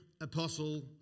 apostle